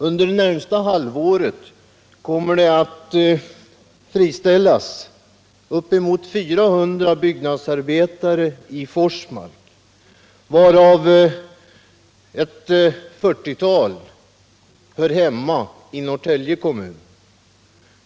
Under det närmaste halvåret kommer uppemot 400 byggnadsarbetare att friställas i Forsmark, varav ett 40-tal hör hemma i Norrtälje kommun.